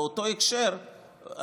באותו הקשר,